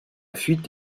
fuite